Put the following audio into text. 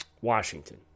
Washington